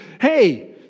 hey